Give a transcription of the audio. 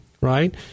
Right